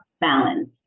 balance